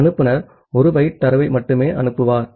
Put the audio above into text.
அனுப்புநர் 1 பைட் தரவை மட்டுமே அனுப்புவார்